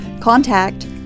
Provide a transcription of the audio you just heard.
contact